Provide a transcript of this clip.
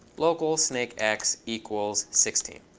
local snakex equals sixteen.